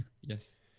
yes